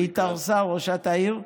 התארסה ראשת העיר,